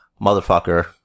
motherfucker